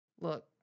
look